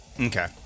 Okay